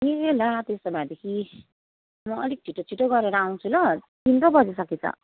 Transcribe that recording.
ए ला त्यसो भएदेखि म अलिक छिटो छिटो गरेर आउँछु ल तिन पो बजिसकेछ